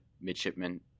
midshipmen